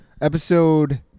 Episode